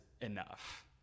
enough